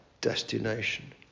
destination